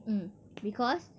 mm because